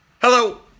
Hello